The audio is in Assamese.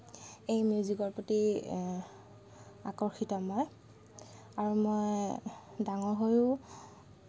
এই মিউজিকৰ প্ৰতি আকৰ্ষিত মই আৰু মই ডাঙৰ হৈয়ো